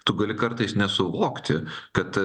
tu gali kartais nesuvokti kad